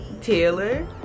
Taylor